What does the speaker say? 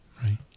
Right